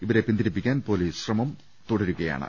ഇവരെ പിന്തിരിപ്പിക്കാൻ പൊലീസ് ശ്രമം നടത്തിവരികയാണ്